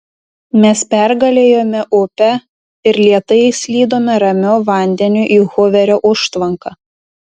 mes pergalėjome upę ir lėtai slydome ramiu vandeniu į huverio užtvanką